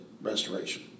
restoration